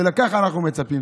ולכך אנחנו מצפים.